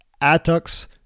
Attucks